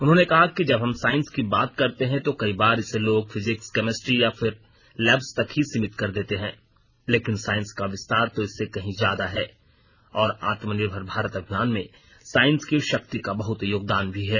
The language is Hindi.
उन्होंने कहा कि जब हम साइंस की बात करते हैं तो कई बार इसे लोग फिजिक्स केमिस्ट्री या फिर लैब्स तक ही सीमित कर देते हैं लेकिन साइंस का विस्तार तो इससे कहीं ज्यादा है और आत्मनिर्भर भारत अभियान में साइंस की शक्ति का बहत योगदान भी है